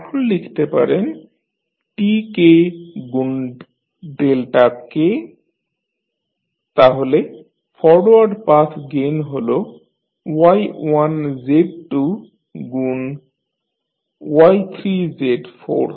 এখন লিখতে পারেন Tk গুণ ডেল্টা k তাহলে ফরোয়ার্ড পাথ গেইন হল Y1 Z2 গুণ Y3 Z4